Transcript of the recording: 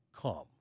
come